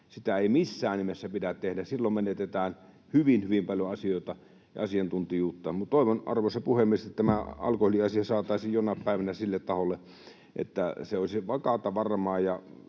Sitä ei missään nimessä pidä tehdä. Silloin menetetään hyvin hyvin paljon asioita ja asiantuntijuutta. Toivon, arvoisa puhemies, että tämä alkoholiasia saataisiin jonain päivänä sille taholle, että se olisi vakaata ja varmaa.